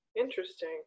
Interesting